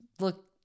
look